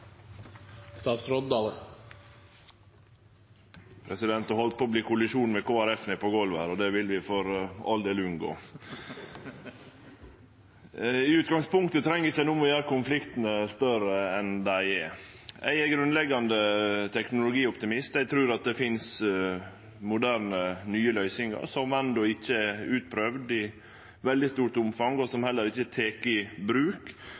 på å verte kollisjon med Kristeleg Folkeparti nede på golvet her, og det vil vi for all del unngå! I utgangspunktet treng ein ikkje å gjere konfliktane større enn dei er. Eg er grunnleggjande teknologioptimist. Eg trur at det finst moderne, nye løysingar som enno ikkje er utprøvde i veldig stort omfang, og som heller ikkje er tekne i bruk,